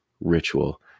ritual